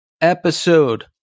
episode